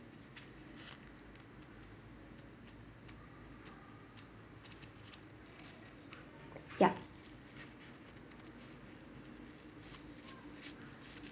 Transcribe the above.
yup